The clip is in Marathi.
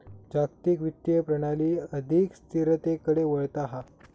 जागतिक वित्तीय प्रणाली अधिक स्थिरतेकडे वळता हा